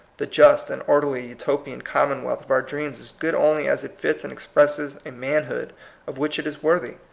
the just and orderly utopian commonwealth of our dreams is good only as it fits and ex presses a manhood of which it is worthy.